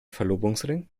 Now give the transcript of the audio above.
verlobungsring